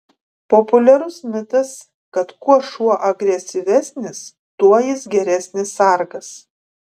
populiarus mitas kad kuo šuo agresyvesnis tuo jis geresnis sargas